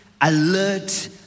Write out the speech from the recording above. alert